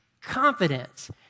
confidence